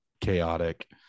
chaotic